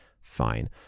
fine